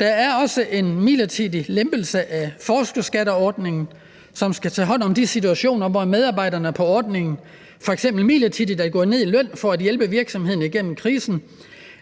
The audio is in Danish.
Der er også en midlertidig lempelse af forskerskatteordningen, som skal tage hånd om de situationer, hvor medarbejderne på ordningen f.eks. midlertidigt er gået ned i løn for at hjælpe virksomheden igennem krisen